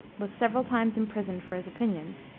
was several times imprisoned for his opinions,